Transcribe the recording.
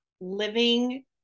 living